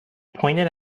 pointed